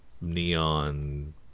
neon